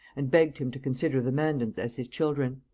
and begged him to consider the mandans as his children.